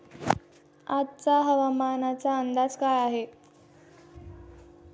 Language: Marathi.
आजचा हवामानाचा अंदाज काय आहे?